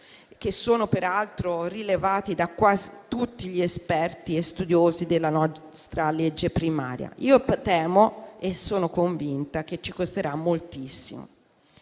che sono peraltro rilevati da quasi tutti gli esperti e studiosi della nostra legge primaria? Io temo e sono convinta che ci costerà moltissimo.